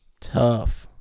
tough